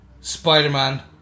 Spider-Man